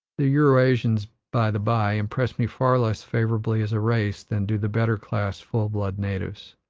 the eurasians, by the by, impress me far less favorably as a race than do the better-class full-blood natives.